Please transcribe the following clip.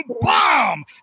bomb